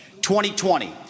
2020